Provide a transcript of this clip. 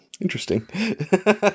interesting